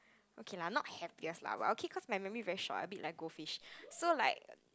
okay lah not happiest lah but okay my memory very short a bit like goldfish so like